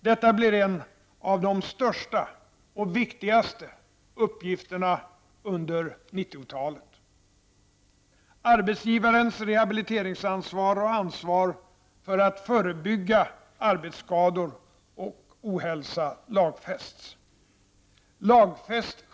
Detta blir en av de största och viktigaste uppgifterna under 90-talet.